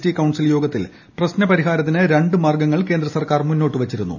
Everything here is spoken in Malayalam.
ടി കൌൺസിൽ യോഗത്തിൽ പ്രശ്നപരിഹാരത്തിന് രണ്ട് മാർഗ്ഗങ്ങൾ കേന്ദ്ര സർക്കാർ മുന്നോട്ട് വച്ചിരുന്നു